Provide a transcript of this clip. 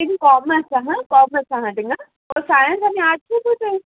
तिंगा कॉमर्स आसा कॉमर्सां तिंगा ओ सायन्स आनी आर्ट्सूच आसा